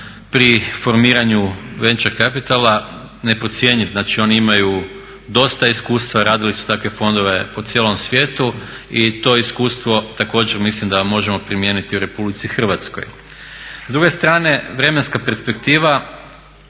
pri formiranju … kapitala neprocjenjiv, znači oni imaju dosta iskustva, radili su takve fondove po cijelom svijetu i to iskustvo također mislim da možemo primijeniti u RH. S druge strane, vremenska perspektiva